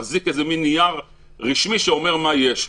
להחזיק נייר רשמי שאומר מה יש לו.